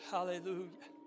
Hallelujah